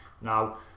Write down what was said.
now